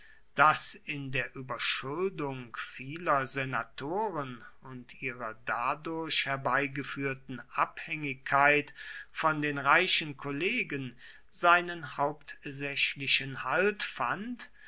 das in der überschuldung vieler senatoren und ihrer dadurch herbeigeführten abhängigkeit von den reichen kollegen seinen hauptsächlichen halt fand